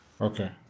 Okay